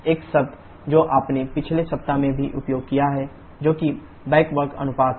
एक शब्द जो आपने पिछले सप्ताह में भी उपयोग किया है जो कि बैक वर्क अनुपात है